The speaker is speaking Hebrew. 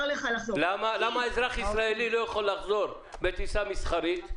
למה אזרח ישראלי לא יכול לחזור בטיסה מסחרית?